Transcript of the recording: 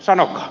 sanokaa